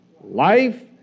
life